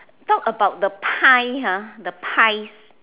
talk about the pie ah the pies